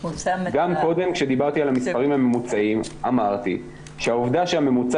גם קודם כשדיברתי על המספרים הממוצעים אמרתי שהעובדה שהממוצע